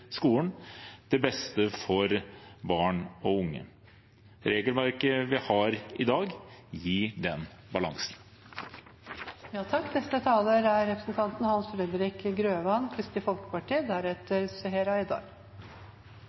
skolen, til beste for barn og unge. Regelverket vi har i dag, gir den